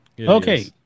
Okay